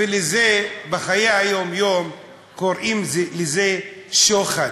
לזה, בחיי היום-יום, קוראים שוחד.